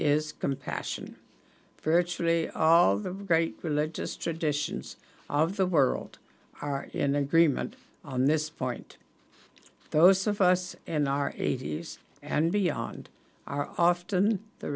is compassion for a tree of the great religious traditions of the world are in agreement on this point those of us in our eighties and beyond are often the